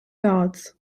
guards